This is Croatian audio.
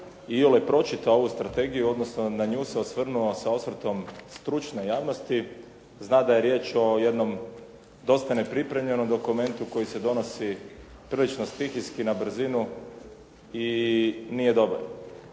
iole pročitao ovu strategiju, odnosno na nju se osvrnuo sa osvrtom stručne javnosti, zna da je riječ o jednom dosta nepripremljenom dokumentu koji se donosi prilično stihijski na brzinu i nije dobar.